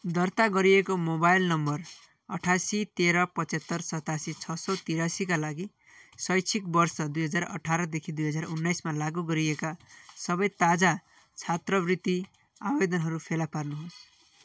दर्ता गरिएको mobile number अठासी तेह्र पचहत्तर सतासी छ सौ त्रियासीका लागि शैक्षिक वर्ष दुई हजार अठारदेखि दुई हजार उन्नाइसमा लागु गरिएका सबै ताजा छात्रवृत्ति आवेदनहरू फेला पार्नुहोस्